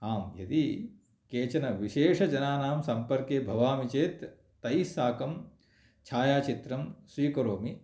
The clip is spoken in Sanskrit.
आम् यदि केचन विशेषजनानां सम्पर्के भवामि चेत् तैस्साकं छायाचित्रं स्वीकरोमि